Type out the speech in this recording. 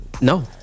no